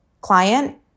client